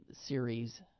series